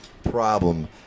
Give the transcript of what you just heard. problem